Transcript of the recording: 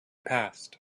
past